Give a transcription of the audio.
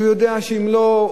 שהוא יודע שאם לא,